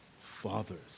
fathers